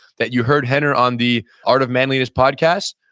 that you heard rener on the art of manliness podcast,